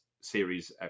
series